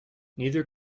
neither